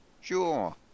Sure